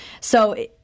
So-